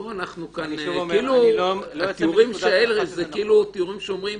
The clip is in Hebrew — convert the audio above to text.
התיאורים האלה אומרים